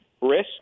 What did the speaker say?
risk